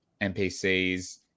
NPCs